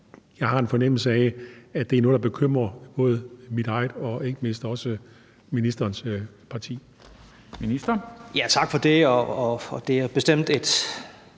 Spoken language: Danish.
jeg har en fornemmelse af, at det er noget, der bekymrer både mit eget og ikke mindst ministerens parti.